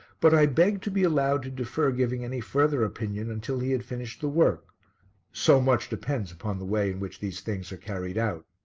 but i begged to be allowed to defer giving any further opinion until he had finished the work so much depends upon the way in which these things are carried out.